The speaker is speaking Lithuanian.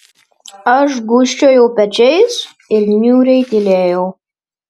aš gūžčiojau pečiais ir niūriai tylėjau